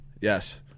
Yes